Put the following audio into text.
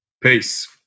Peace